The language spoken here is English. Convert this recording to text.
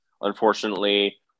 unfortunately